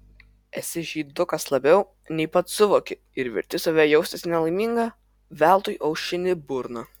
esi žydukas labiau nei pats suvoki ir verti save jaustis nelaimingą veltui aušini burną